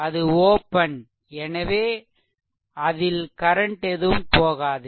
அது ஓப்பன் எனவே அதில் கரன்ட் எதுவும் போகாது